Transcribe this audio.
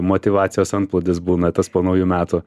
motyvacijos antplūdis būna tas po naujų metų